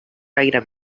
gaire